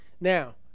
Now